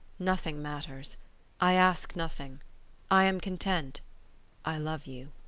nothing matters i ask nothing i am content i love you